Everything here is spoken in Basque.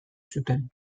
zuten